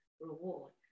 reward